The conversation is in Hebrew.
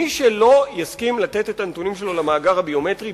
מי שלא יסכים לתת את הנתונים שלו למאגר הביומטרי,